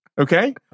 Okay